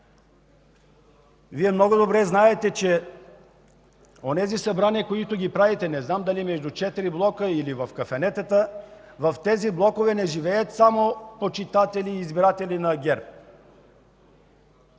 Вие много добре знаете, че онези събрания, които ги правите, не знам дали между четири блока или в кафенетата, в тези блокове не живеят само почитатели и избиратели на ГЕРБ.